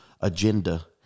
agenda